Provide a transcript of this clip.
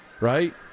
right